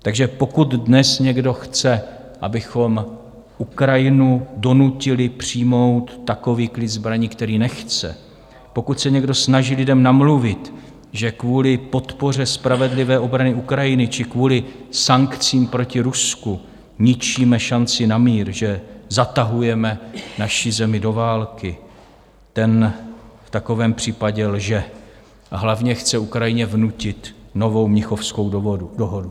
Takže pokud dnes někdo chce, abychom Ukrajinu donutili přijmout takový klid zbraní, který nechce, pokud se někdo snaží lidem namluvit, že kvůli podpoře spravedlivé obrany Ukrajiny či kvůli sankcím proti Rusku ničíme šanci na mír, že zatahujeme naši zemi do války, ten v takovém případě lže a hlavně chce Ukrajině vnutit novou Mnichovskou dohodu.